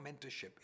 mentorship